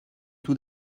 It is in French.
tout